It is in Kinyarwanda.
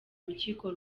rukiko